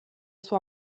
sua